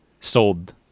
sold